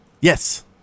Yes